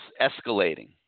escalating